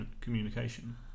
communication